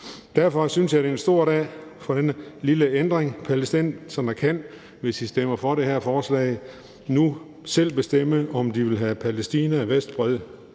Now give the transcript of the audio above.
Derfor synes jeg, at det er en stor dag på grund af denne lille ændring. Palæstinenserne kan, hvis I stemmer for det her forslag, nu selv bestemme, om de vil have Palæstina, Vestbredden,